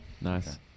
Nice